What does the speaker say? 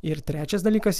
ir trečias dalykas